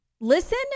Listen